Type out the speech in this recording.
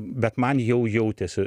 bet man jau jautėsi